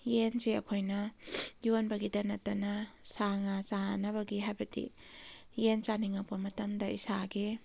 ꯌꯦꯟꯁꯦ ꯑꯩꯈꯣꯏꯅ ꯌꯣꯟꯕꯒꯤꯗ ꯅꯠꯇꯅ ꯁꯥ ꯉꯥ ꯆꯥꯅꯕꯒꯤ ꯍꯥꯏꯕꯗꯤ ꯌꯦꯟ ꯆꯥꯅꯤꯡꯂꯛꯄ ꯃꯇꯝꯗ ꯏꯁꯥꯒꯤ